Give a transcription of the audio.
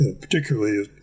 particularly